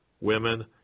women